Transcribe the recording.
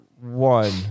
one